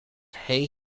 hey